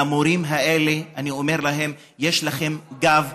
למורים האלה אני אומר: יש לכם גב,